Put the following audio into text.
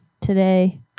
today